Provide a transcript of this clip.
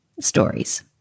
stories